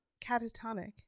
catatonic